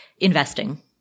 investing